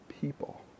people